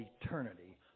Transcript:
eternity